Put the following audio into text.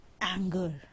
anger